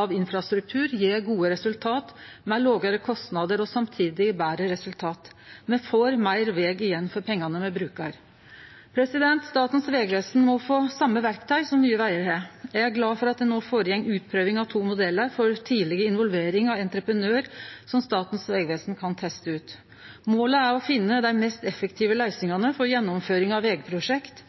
av infrastruktur gjev gode resultat med lågare kostnader og samtidig betre resultat. Me får meir veg att for pengane me brukar. Statens vegvesen må få same verktøy som Nye Vegar har. Eg er glad for at det no går føre seg utprøving av to modellar for tidleg involvering av entreprenør som Statens vegvesen kan teste ut. Målet er å finne dei mest